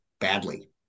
badly